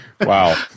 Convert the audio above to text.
Wow